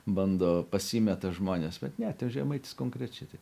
bando pasimeta žmonės bet ne žemaitis konkrečiai tai